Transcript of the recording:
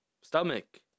stomach